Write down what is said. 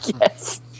yes